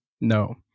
No